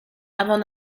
avant